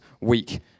week